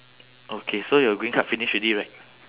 okay so your green card finish already right